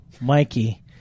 Mikey